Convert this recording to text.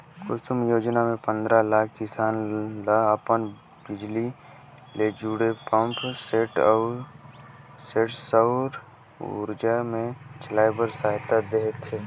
कुसुम योजना मे पंदरा लाख किसान ल अपन बिजली ले जुड़े पंप सेट ल सउर उरजा मे चलाए बर सहायता देह थे